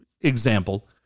example